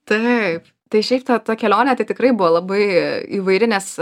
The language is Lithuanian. taip tai šiaip ta ta kelionė tai tikrai buvo labai įvairi nes